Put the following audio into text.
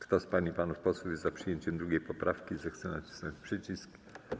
Kto z pań i panów posłów jest za przyjęciem 2. poprawki, zechce nacisnąć przycisk.